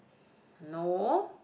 no